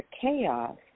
chaos